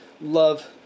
love